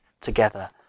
together